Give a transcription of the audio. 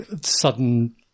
sudden